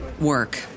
work